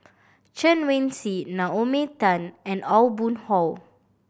Chen Wen Hsi Naomi Tan and Aw Boon Haw